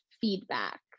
feedback